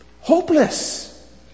hopeless